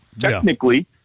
technically